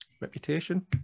reputation